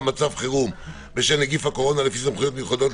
מצב חירום בשל נגיף הקורונה לפי חוק סמכויות מיוחדות